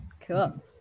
Cool